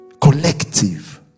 collective